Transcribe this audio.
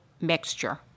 mixture